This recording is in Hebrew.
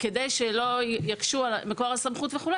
כדי שאל יקשו על מקור הסמכות וכו',